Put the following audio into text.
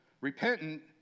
repentant